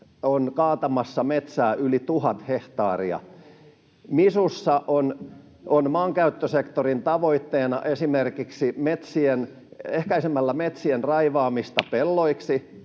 Kankaanniemi: Ohhoh!] MISUssa on maankäyttösektorin tavoitteena, esimerkiksi ehkäisemällä metsien raivaamista pelloiksi,